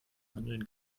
handeln